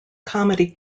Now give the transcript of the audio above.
comedy